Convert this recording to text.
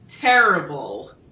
terrible